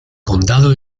condado